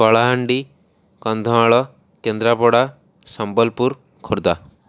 Kalahandi Kandhamal Kendrapara Sambalpur Khordha